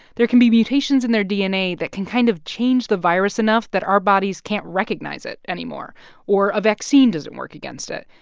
there can be mutations in their dna that can kind of change the virus enough that our bodies can't recognize it anymore or a vaccine doesn't work against it.